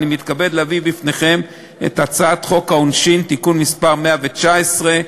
מתכבד להביא בפניכם את הצעת חוק העונשין (תיקון מס' 119),